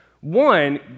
One